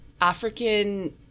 African